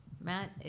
Matt